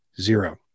zero